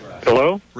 Hello